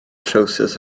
trowsus